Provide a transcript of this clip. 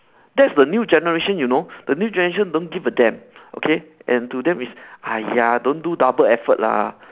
that's the new generation you know the new generation don't give a damn okay and to them it's !aiya! don't do double effort lah